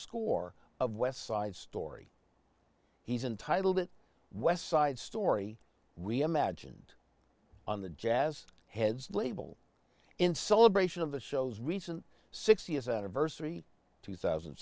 school or of west side story he's entitled west side story reimagined on the jazz heads label in celebration of the show's recent sixtieth anniversary two thousand